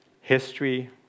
history